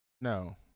No